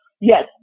Yes